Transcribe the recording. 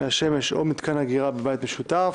השמש או מתקן אגירה, בבית משותף),